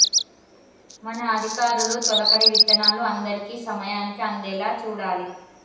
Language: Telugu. మన అధికారులు తొలకరి విత్తనాలు అందరికీ సమయానికి అందేలా చూడాలి